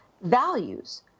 Values